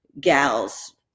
gals